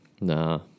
Nah